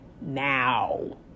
now